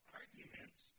arguments